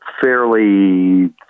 fairly